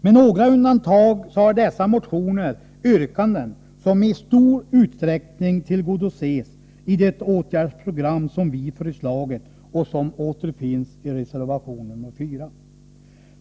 Med några undantag har dessa motioner yrkanden som i stor utsträckning tillgodoses i det åtgärdsprogram som vi har föreslagit och som återfinns i reservation nr 4.